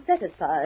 satisfied